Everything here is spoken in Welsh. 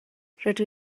rydw